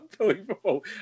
unbelievable